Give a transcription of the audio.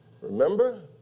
Remember